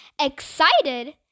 Excited